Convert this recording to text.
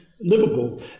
Liverpool